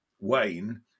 Wayne